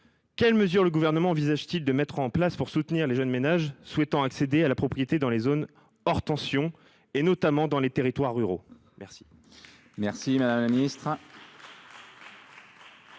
Quelles mesures le Gouvernement envisage t il de mettre en place pour soutenir les jeunes ménages souhaitant accéder à la propriété dans les zones « hors tension » et notamment dans les territoires ruraux ? La parole est à Mme la ministre